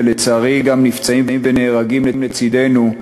ולצערי גם נפצעים ונהרגים לצדנו,